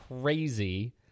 crazy